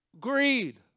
Greed